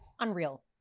Unreal